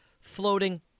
floating